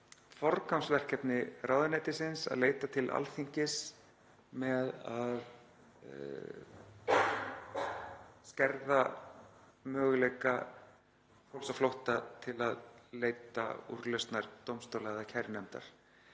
forgangsverkefni ráðuneytisins að leita til Alþingis með að skerða möguleika fólks á flótta til að leita úrlausnar dómstóla eða kærunefndar